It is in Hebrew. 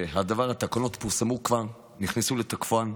התקנות כבר פורסמו, נכנסו לתוקפן.